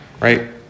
right